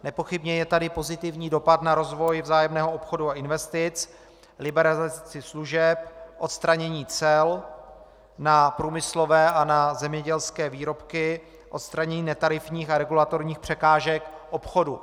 Nepochybně je tady pozitivní dopad na rozvoj vzájemného obchodu a investic, liberalizaci služeb, odstranění cel na průmyslové a na zemědělské výrobky, odstranění netarifních a regulatorních překážek obchodu.